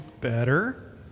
better